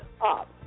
up